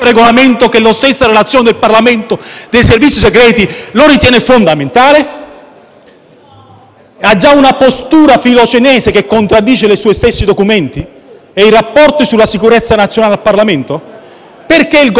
Ha già una postura filocinese che contraddice i suoi stessi documenti e i rapporti sulla sicurezza nazionale al Parlamento? Perché il Governo si è posto in una posizione insieme alla Grecia, di fatto filocinese, sul Venezuela?